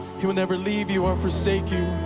he will never leave you or forsake you.